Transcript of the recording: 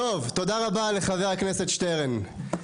טוב, תודה רבה לחבר הכנסת שטרן.